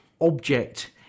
object